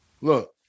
Look